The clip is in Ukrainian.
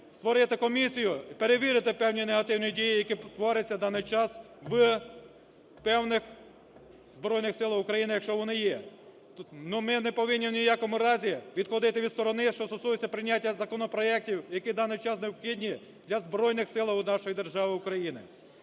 створити комісію і перевірити певні негативні дії, які творяться в даний час в певних Збройних Силах України, якщо вони є. Но ми не повинні в ніякому разі відходити від сторони, що стосується прийняття законопроектів, які в даний час необхідні для Збройних Сил нашої держави - України.